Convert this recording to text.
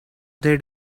they